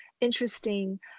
interesting